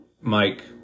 Mike